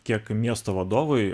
kiek miesto vadovui